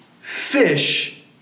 fish